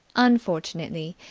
unfortunately,